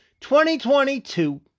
2022